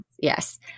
yes